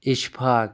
Ishfaq